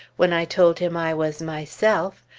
when i told him i was myself,